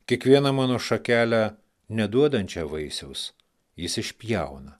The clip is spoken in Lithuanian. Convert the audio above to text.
kiekvieną mano šakelę neduodančią vaisiaus jis išpjauna